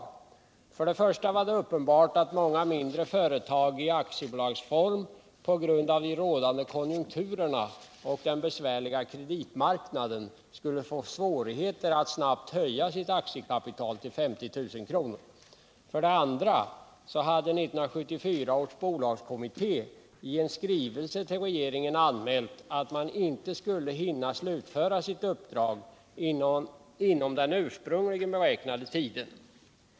För det första var det uppenbart att många mindre företag i aktiebolagsform på grund av de rådande konjunkturerna och den besvärliga kreditmarknaden skulle få svårigheter att snabbt höja sitt aktiekapital till 50000 kr. För det andra hade 1974 års bolagskommitté i en skrivelse till regeringen anmält att man inte skulle hinna slutföra sitt uppdrag inom den ursprungligen beräknade tiden.